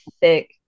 thick